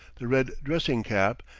the red dressing-cap,